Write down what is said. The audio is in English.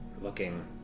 looking